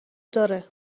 داره